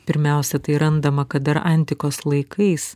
pirmiausia tai randama kad dar antikos laikais